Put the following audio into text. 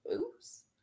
Oops